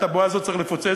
את הבועה הזו צריך לפוצץ.